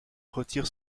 retire